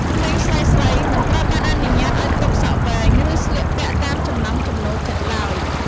ក្មេងស្រីៗមិនត្រូវបានអនុញ្ញាតឱ្យទុកសក់វែង ឬស្លៀកពាក់តាមចំណង់ចំណូលចិត្តឡើយ។